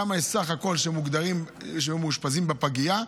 כמה יש בסך הכול שהיו מאושפזים בפגייה.